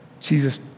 Jesus